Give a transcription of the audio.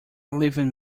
living